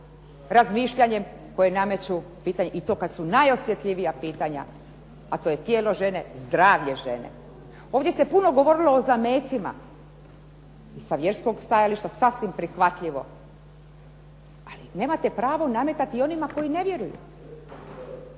razmišljanjem koje nameću i to kad su najosjetljivija pitanja, a to je tijelo žene, zdravlje žene. Ovdje se puno govorilo o zamecima. Sa vjerskog stajališta sasvim prihvatljivo, ali nemate pravo nametati i onima koji ne vjeruju.